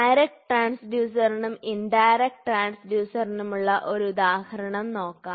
direct ട്രാൻഡ്യൂസറിനും indirect ട്രാൻഡ്യൂസറിനുമുള്ള ഒരു ഉദാഹരണം നോക്കാം